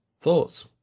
thoughts